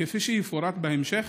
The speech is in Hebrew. כפי שיפורט בהמשך.